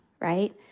right